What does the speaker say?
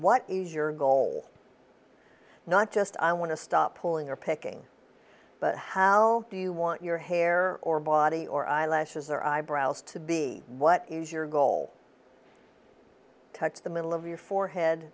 what is your goal not just i want to stop pulling your picking but how do you want your hair or body or eyelashes or eyebrows to be what is your goal touch the middle of your forehead